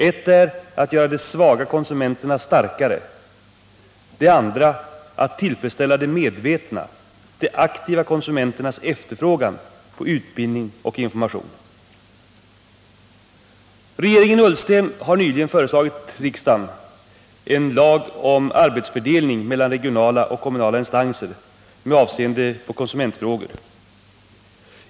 Det ena är att göra de svaga konsumenterna starkare, det andra att tillfredsställa de medvetna, de aktiva konsumenternas efterfrågan på utbildning och information. Regeringen Ullsten har nyligen föreslagit riksdagen en lag om arbetsfördelning mellan regionala och kommunala instanser med avseende på konsumentfrågor.